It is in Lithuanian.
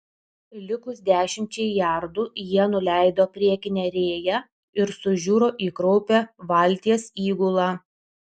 likus dešimčiai jardų jie nuleido priekinę rėją ir sužiuro į kraupią valties įgulą